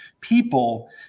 people